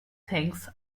things